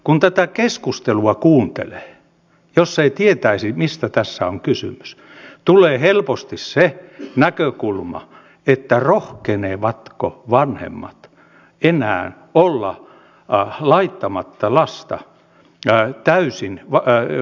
kun tätä keskustelua kuuntelee niin jos ei tietäisi mistä tässä on kysymys tulee helposti se näkökulma että rohkenevatko vanhemmat enää olla laittamatta lasta täysipäiväiseen varhaiskasvatukseen